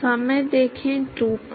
हां